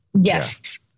Yes